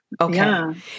Okay